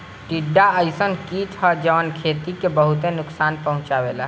टिड्डा अइसन कीट ह जवन खेती के बहुते नुकसान पहुंचावेला